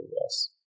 yes